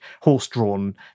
horse-drawn